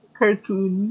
cartoon